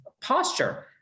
posture